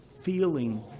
feeling